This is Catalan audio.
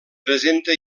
presenta